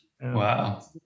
Wow